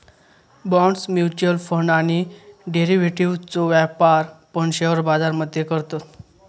bonds, mutual fund आणि डेरिव्हेटिव्ह्जचो व्यापार पण शेअर बाजार मध्ये करतत